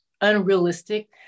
unrealistic